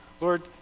lord